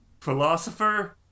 philosopher